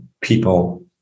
people